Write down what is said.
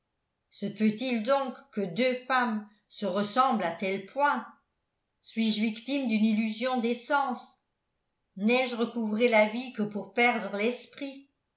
se peut-il donc que deux femmes se ressemblent à tel point suis-je victime d'une illusion des sens n'ai-je recouvré la vie que pour perdre l'esprit